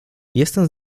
jestem